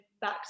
back